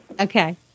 Okay